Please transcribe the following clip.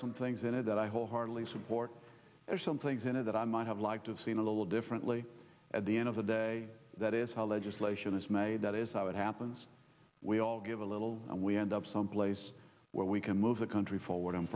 some things in it that i wholeheartedly support there are some things in it that i might have liked have seen a little differently at the end of the day that is how legislation is made that is how it happens we all give a little and we end up someplace where we can move the country forward